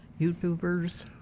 youtubers